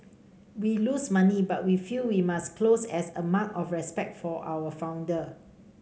we lose money but we feel we must close as a mark of respect for our founder